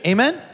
Amen